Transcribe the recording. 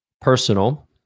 personal